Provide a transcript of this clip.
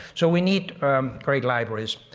so we need great libraries.